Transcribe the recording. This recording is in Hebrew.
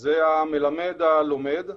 זה המלמד-הלומד.